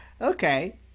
okay